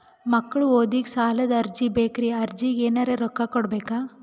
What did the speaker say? ಮಕ್ಕಳ ಓದಿಗಿ ಸಾಲದ ಅರ್ಜಿ ಬೇಕ್ರಿ ಅರ್ಜಿಗ ಎನರೆ ರೊಕ್ಕ ಕೊಡಬೇಕಾ?